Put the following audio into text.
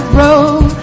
road